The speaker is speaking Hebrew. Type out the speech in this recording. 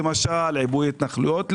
עיבוי התנחלויות,